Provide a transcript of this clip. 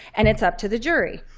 and it's up to the jury.